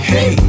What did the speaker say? Hey